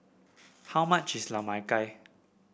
how much is la mai gao